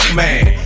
man